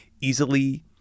easily